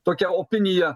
tokia opinija